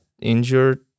injured